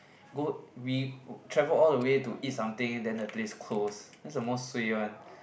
go we travel all the way to eat something then the place close that's the most suay one